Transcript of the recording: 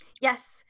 Yes